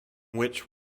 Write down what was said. which